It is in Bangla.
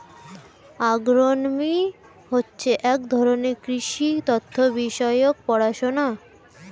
অ্যাগ্রোনমি হচ্ছে এক ধরনের কৃষি তথ্য বিষয়ক পড়াশোনা